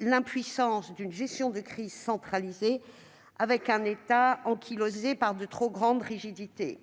l'impuissance d'une gestion de crise centralisée, avec un État ankylosé par de trop grandes rigidités.